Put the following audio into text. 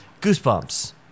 goosebumps